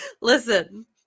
Listen